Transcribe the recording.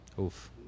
Oof